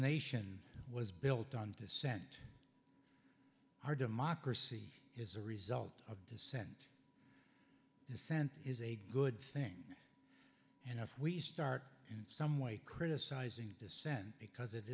nation was built on to sent our democracy is a result of dissent dissent is a good thing and if we start in some way criticizing dissent because it